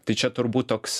tai čia turbūt toks